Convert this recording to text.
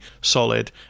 solid